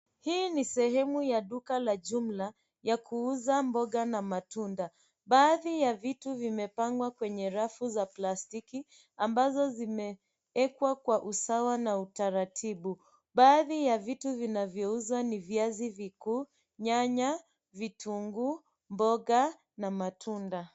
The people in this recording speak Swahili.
Hii ni sehemu ya duka la jumla ya kuuza mboga na matunda baadhi ya vitu vimepangwa kwenye rafu za plastiki ambazo zimewekwa kwa usawa na utaratibu baadhi ya vitu vinavyouzwa ni viazi vikuu, nyanya vitunguu, mboga na matunda.